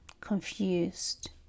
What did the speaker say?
confused